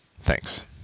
Thanks